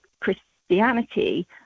Christianity